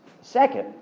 Second